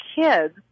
kids